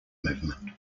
movement